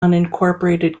unincorporated